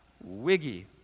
wiggy